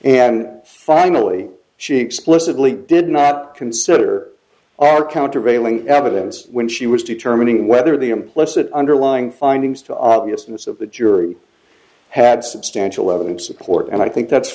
and finally she explicitly did not consider our countervailing evidence when she was determining whether the implicit underlying findings to obviousness of the jury had substantial evidence support and i think that's